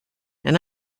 and